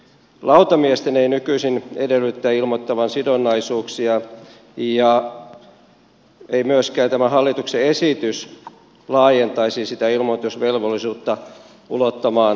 lautamiesten ei nykyisin edellytetä ilmoittavan sidonnaisuuksia eikä myöskään tämä hallituksen esitys laajentaisi sitä ilmoitusvelvollisuutta ulottumaan lautamiehiin